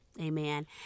amen